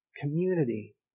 community